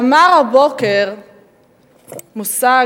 שאמר הבוקר מושג,